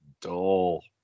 dull